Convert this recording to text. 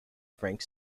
frank